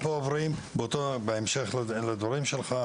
בהמשך לדברים שלך,